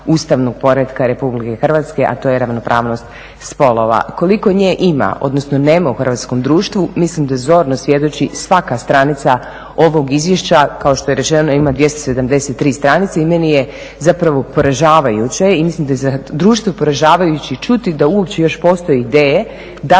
ustavnog poretka Republike Hrvatske a to je ravnopravnost spolova. Koliko nje ima, odnosno nema u hrvatskom društvu mislim da zorno svjedoči svaka stranica ovog izvješća. Kao što je rečeno ima 273 stranice i meni je zapravo poražavajuće i mislim da je za društvo poražavajuće čuti da uopće još postoje ideje da